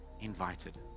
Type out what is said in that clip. invited